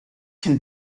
can